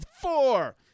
four